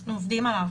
אנחנו עובדים עליו.